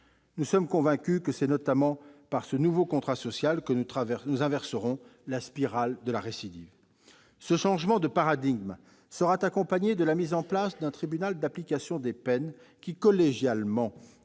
Nous sommes convaincus que c'est notamment par ce nouveau contrat social que nous inverserons la spirale de la récidive. Ce changement de paradigme sera accompagné de la mise en place d'un tribunal de l'application des peines qui, collégialement,